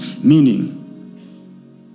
Meaning